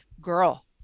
girl